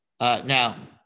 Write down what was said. now